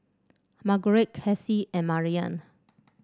Margurite Cassie and Mariann